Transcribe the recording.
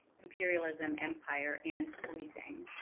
imperialism, empire, and policing.